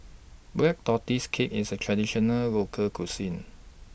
Black Tortoise Cake IS A Traditional Local Cuisine